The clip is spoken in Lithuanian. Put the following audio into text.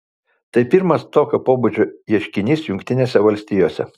tai pirmas tokio pobūdžio ieškinys jungtinėse valstijose